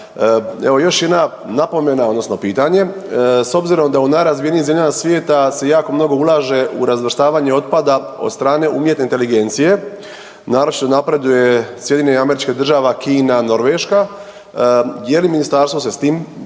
Evo još jedna napomena odnosno pitanje. S obzirom da u najrazvijenijim zemljama svijeta se jako mnogo ulaže u razvrstavanje otpada od strane umjetne inteligencije, naročito napreduje SAD, Kina, Norveška, je li se ministarstvo s tim pozabavilo